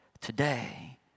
today